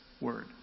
word